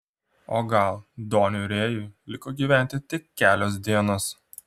o gal doniui rėjui liko gyventi tik kelios dienos